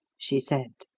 she said.